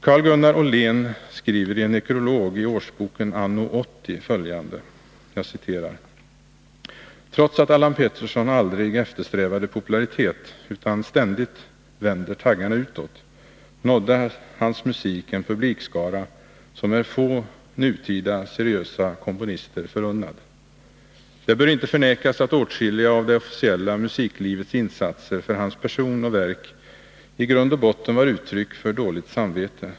Carl-Gunnar Åhlén skriver i en nekrolog i Årsboken Anno 80 följande: ”Trots att Allan Pettersson aldrig eftersträvade popularitet utan ständigt vänder taggarna utåt, nådde hans musik en publikskara, som är få nutida seriösa komponister förunnad. Det bör inte förnekas, att åtskilliga av det officiella musiklivets insatser för hans person och verk i grund och botten var uttryck för dåligt samvete.